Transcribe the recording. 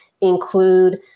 include